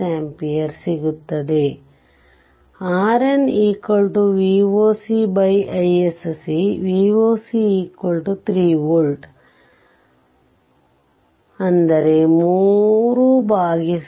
6amps ಸಿಗುತ್ತದೆ RN V o c iSC V o c 3 volt 30